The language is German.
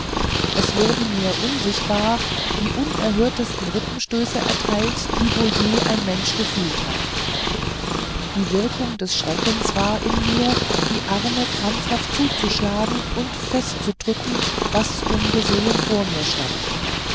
es wurden mir unsichtbar die unerhörtesten rippenstöße erteilt die wohl je ein mensch gefühlt hat die wirkung des schreckens war in mir die arme krampfhaft zuzuschlagen und fest zu drücken was ungesehen vor mir stand